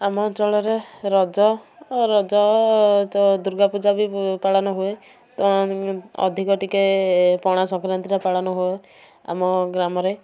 ଆମ ଅଞ୍ଚଳରେ ରଜ ରଜ ଦୁର୍ଗା ପୂଜା ବି ପାଳନ ହୁଏ ତ ଅଧିକ ଟିକେ ପଣା ସଂକ୍ରାନ୍ତିଟା ପାଳନ ହୁଏ ଆମ ଗ୍ରାମରେ